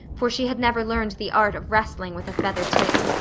for she had never learned the art of wrestling with a feather tick.